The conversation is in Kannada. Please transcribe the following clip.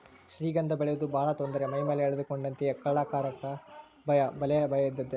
ಶ್ರೀಗಂಧ ಬೆಳೆಯುವುದು ಬಹಳ ತೊಂದರೆ ಮೈಮೇಲೆ ಎಳೆದುಕೊಂಡಂತೆಯೇ ಕಳ್ಳಕಾಕರ ಭಯ ಬೆಲೆಯ ಭಯ ಇದ್ದದ್ದೇ